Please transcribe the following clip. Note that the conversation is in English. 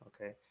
okay